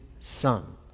Son